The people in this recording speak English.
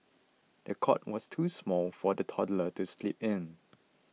the cot was too small for the toddler to sleep in